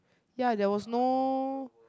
ya there was no